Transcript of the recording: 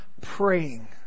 praying